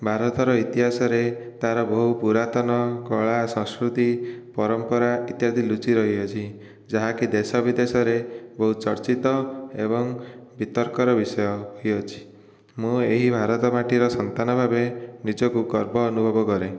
ଭାରତର ଇତିହାସ ରେ ତାର ବହୁ ପୁରାତନ କଳା ସଂସ୍କୃତି ପରମ୍ପରା ଇତ୍ୟାଦି ଲୁଚି ରହିଅଛି ଯାହା କି ଦେଶ ବିଦେଶରେ ବହୁତ ଚର୍ଚ୍ଚିତ ଏବଂ ବିତର୍କର ବିଷୟ ହୋଇଅଛି ମୁଁ ଏହି ଭାରତ ମାଟିର ସନ୍ତାନ ଭାବେ ନିଜକୁ ଗର୍ବ ଅନୁଭବ କରେ